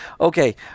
okay